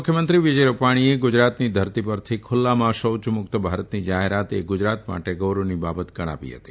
મુખ્યમંત્રી વિજય રૂપાણીએ ગુજરાતની ધરતી પરથી ખુલ્લામાં શૌચમુક્ત ભારતની જાહેરાત એ ગુજરાત માટે ગૌરવની બાબત ગણાવી હતી